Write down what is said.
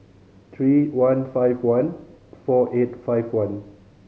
three one five one four eight five one